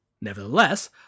Nevertheless